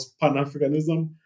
Pan-Africanism